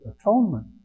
atonement